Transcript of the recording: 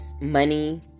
money